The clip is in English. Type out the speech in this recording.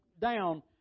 down